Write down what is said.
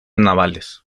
navales